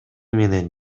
менен